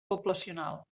poblacional